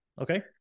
Okay